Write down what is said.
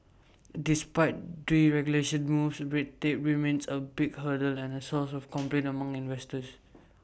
despite deregulation moves red tape remains A big hurdle and A source of complaint among investors